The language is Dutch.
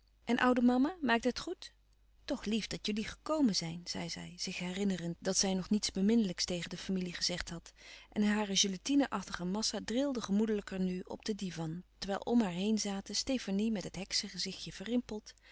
en oude mama maakt het goed toch lief dat jullie gekomen zijn zei zij zich herinnerend dat zij nog niets beminnelijks tegen de familie gezegd had en hare gelatine achtige massa drilde gemoedelijker nu op den divan terwijl om haar heen zaten stefanie met het heksegezichtje verrimpeld